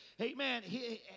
Amen